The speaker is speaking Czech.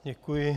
Děkuji.